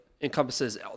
encompasses